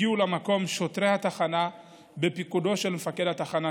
הגיעו למקום שוטרי התחנה בפיקודו של מפקד התחנה,